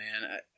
man